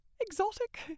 exotic